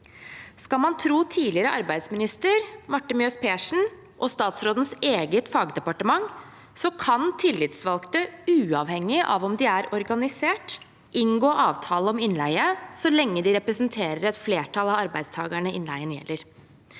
Skal man tro tidligere arbeidsminister Marte Mjøs Persen og statsrådens eget fagdepartement, kan tillitsvalgte, uavhengig av om de er organisert, inngå avtale om innleie så lenge de representerer et flertall av arbeidstakerne innleien gjelder.